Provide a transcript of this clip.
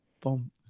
boom